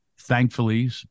thankfully